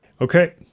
okay